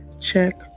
check